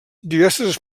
diverses